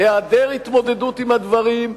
היעדר התמודדות עם הדברים,